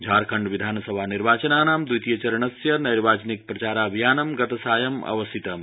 झारखण्ड विधानसभा निर्वाचनस्य द्वितीय चरणस्य नैर्वाचनिक प्रचाराभियानं गतसायम् अवसितम्